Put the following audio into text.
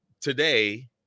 Today